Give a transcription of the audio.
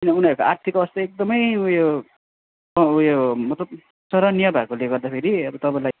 किनभने उनीहरूको आर्थिक अवस्था एकदमै उयो उयो मतलब चरनिय भएकोले गर्दाखेरि अब तपाईँलाई